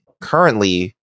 currently